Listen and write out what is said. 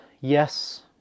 yes